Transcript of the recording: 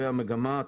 והמגמה,